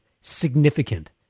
Significant